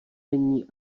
není